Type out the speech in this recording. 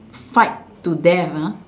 fight to death ah